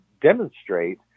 demonstrate